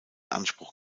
anspruch